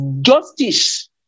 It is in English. justice